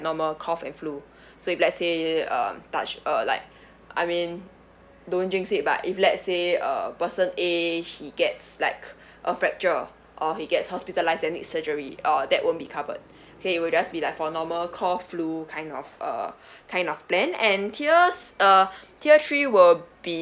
normal cough and flu so if let's say uh touch uh like I mean don't jinx it but if let's say a person A she gets like a fracture or he gets hospitalised then need surgery uh that won't be covered okay it will just be like for normal cough flu kind of uh kind of plan and tiers uh tier three will be